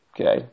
Okay